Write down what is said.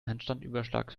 handstandüberschlag